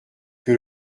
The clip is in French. que